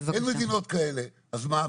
אין מדינות כאלה, אז מה?